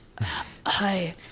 Hi